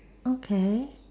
okay